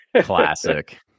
classic